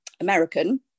American